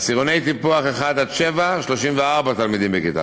עשירוני טיפוח 1 7, 34 תלמידים בכיתה.